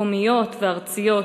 מקומיות וארציות.